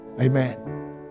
Amen